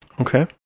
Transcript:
Okay